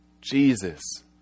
jesus